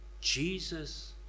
Jesus